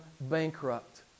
bankrupt